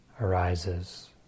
arises